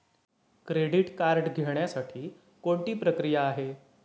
Credit card घेण्यासाठी कोणती प्रक्रिया आहे?